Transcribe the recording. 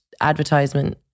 advertisement